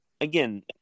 again